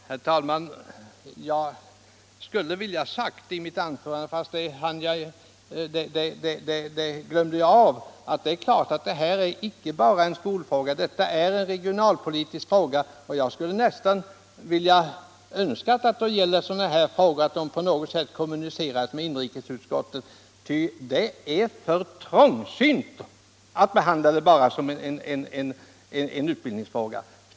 Herr talman! Jag skulle ha sagt i mitt anförande — men det glömde jag bort — att detta givetvis inte bara är en skolfråga utan även en regionalpolitisk fråga. Jag önskar nästan att en sådan här fråga på något sätt kunde kommuniceras med inrikesutskottet, ty det är för trångsynt att behandla den bara såsom en utbildningsfråga.